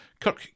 Kirk